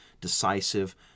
decisive